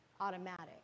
automatic